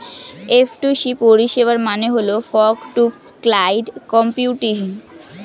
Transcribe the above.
F two C পরিষেবার মানে হল ফগ টু ক্লাউড কম্পিউটিং